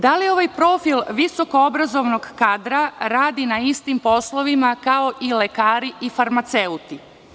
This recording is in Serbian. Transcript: Da li ovaj profil visokoobrazovnog kadra radi na istim poslovima kao i lekari i farmaceuti?